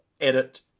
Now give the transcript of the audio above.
edit